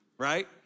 right